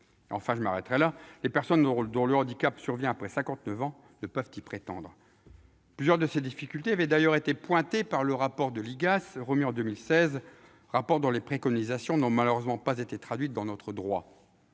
Enfin, et je m'arrêterai là, les personnes dont le handicap survient après 59 ans ne peuvent y prétendre. Plusieurs de ces difficultés avaient d'ailleurs été pointées dans un rapport de l'IGAS, remis en 2016, dont les préconisations n'ont malheureusement pas été traduites dans notre droit.